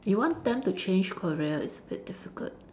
you want them to change career is a bit difficult